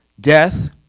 Death